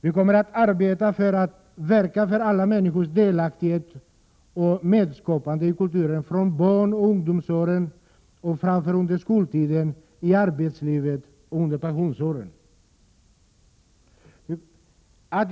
Vi kommer att verka för alla människors delaktighet och medskapande i kulturen från barnoch ungdomsåren och framåt under skoltiden, i arbetslivet och under pensionsåren.